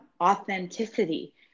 authenticity